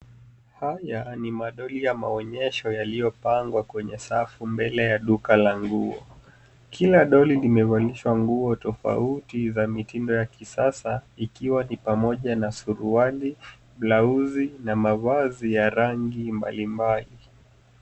Haya ni madoli ya maonyesho yaliyopangwa kwenye safu mbele ya duka la nguo. Kila doli limevalishwa nguo tofauti za mitindo ya kisasa ikiwa ni pamoja na suruali, blauzi na mavazi ya rangi mbalimbali.